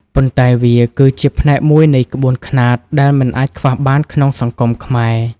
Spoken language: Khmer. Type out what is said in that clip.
ប៉ុន្តែវាគឺជាផ្នែកមួយនៃក្បួនខ្នាតដែលមិនអាចខ្វះបានក្នុងសង្គមខ្មែរ។